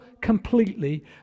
completely